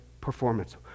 performance